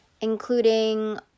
including